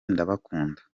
ndabakunda